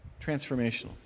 Transformational